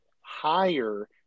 higher